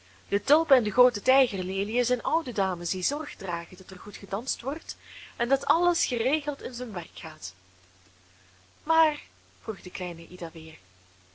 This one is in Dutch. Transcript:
de tulpen en de groote tijgerleliën zijn oude dames die zorg dragen dat er goed gedanst wordt en dat alles geregeld in zijn werk gaat maar vroeg de kleine